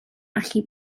allu